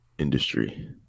industry